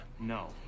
No